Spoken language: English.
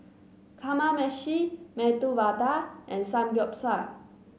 Kamameshi Medu Vada and Samgyeopsal